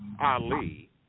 Ali